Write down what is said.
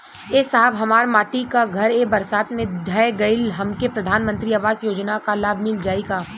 ए साहब हमार माटी क घर ए बरसात मे ढह गईल हमके प्रधानमंत्री आवास योजना क लाभ मिल जाई का?